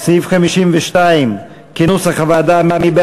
כנוסח הוועדה.